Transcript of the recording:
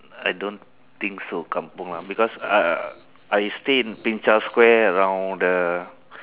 I don't think so kampung ah because uh I stay in ping chow square around the